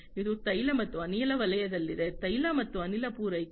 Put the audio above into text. ಇದು ತೈಲ ಮತ್ತು ಅನಿಲ ವಲಯದಲ್ಲಿದೆ ತೈಲ ಮತ್ತು ಅನಿಲ ಪೂರೈಕೆ